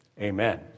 Amen